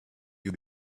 you